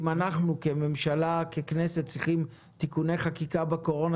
אם אנחנו ככנסת צריכים תיקוני חקיקה לגבי הקורונה